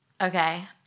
Okay